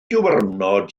diwrnod